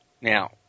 Now